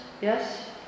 Yes